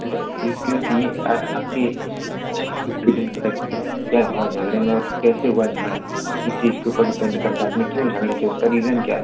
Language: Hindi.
पहले इसके यह आया आपके इस चीज़ के ऊपर डिपेन्ड करता है क्या हुआ झगड़े में और कैसे हुआ झगड़ा इस चीज़ के ऊपर डिपेन्ड करता आपने क्यों झगड़ा किया उसका रिज़न क्या था